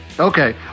Okay